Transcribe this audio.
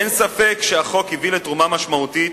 אין ספק שהחוק הביא תרומה משמעותית